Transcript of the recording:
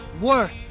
worth